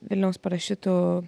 vilniaus parašiutų